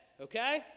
okay